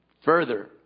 Further